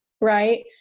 right